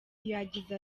yagize